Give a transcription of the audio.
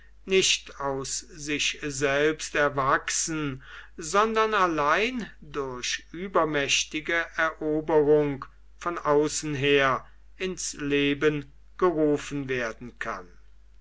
nicht aus sich selbst erwachsen sondern allein durch übermächtige eroberung von außen her ins leben gerufen werden kann